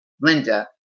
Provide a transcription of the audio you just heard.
Linda